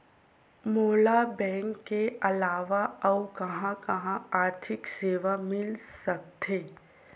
मोला बैंक के अलावा आऊ कहां कहा आर्थिक सेवा मिल सकथे?